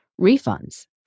Refunds